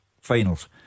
finals